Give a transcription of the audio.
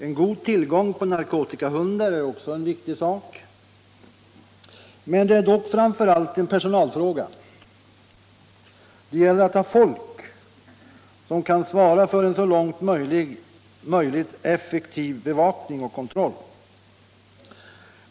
En god tillgång till narkotikahundar är också viktig, men personalfrågan är den viktigaste. Det gäller att ha folk som kan svara för en så långt möjligt effektiv bevakning och kontroll.